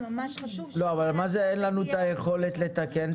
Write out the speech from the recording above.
ממש חשוב ש- -- מה זה 'אין לנו את היכולת לתקן',